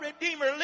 Redeemer